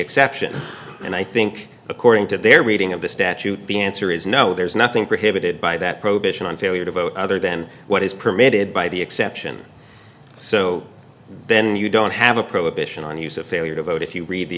exception and i think according to their reading of the statute the answer is no there's nothing prohibited by that prohibition on failure to vote other than what is permitted by the exception so then you don't have a prohibition on use of failure to vote if you read the